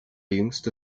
jüngste